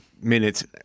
minutes